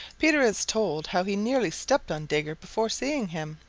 peter has told how he nearly stepped on digger before seeing him.